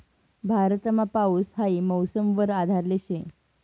भारतमा पाऊस हाई मौसम वर आधारले शे